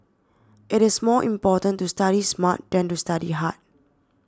it is more important to study smart than to study hard